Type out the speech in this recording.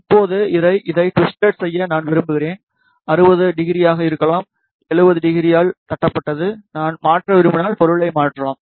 இப்போது இதை டிவுஸ்ட் செய்ய நான் விரும்புகிறேன் 600 ஆக இருக்கலாம் 700 ஆல் தட்டப்பட்டது நான் மாற்ற விரும்பினால் பொருளை மாற்றலாம்